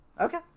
Okay